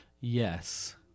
Yes